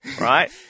Right